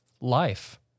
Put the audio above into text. life